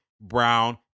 Brown